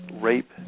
rape